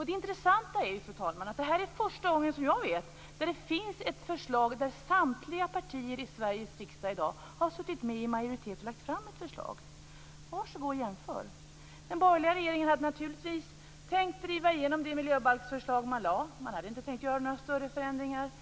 Det intressanta är, fru talman, att det här är första gången, som jag vet, som samtliga partier i Sveriges riksdag har bildat majoritet för ett förslag. Varsågod att jämföra! Den borgerliga regeringen hade naturligtvis tänkt driva igenom det miljöbalksförslag man lade fram utan några större förändringar.